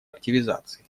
активизации